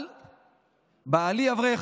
אבל בעלי אברך,